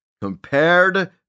compared